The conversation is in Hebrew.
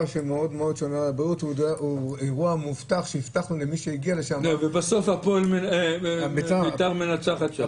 שהוא אירוע מובטח שהבטחנו למי שמגיע לשם --- ובסוף בית"ר מנצחת שם.